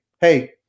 hey